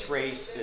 race